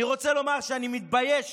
אני רוצה לומר שאני מתבייש